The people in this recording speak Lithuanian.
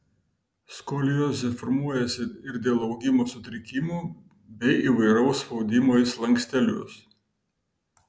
skoliozė formuojasi ir dėl augimo sutrikimų bei įvairaus spaudimo į slankstelius